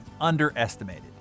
underestimated